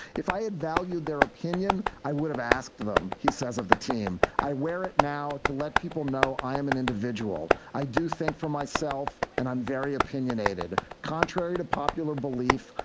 if i had valued their opinion, i would have asked them, he says of the team. i wear it now to let people know i am an individual. i do think for myself, and i'm very opinionated. contrary to popular belief,